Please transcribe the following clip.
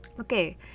okay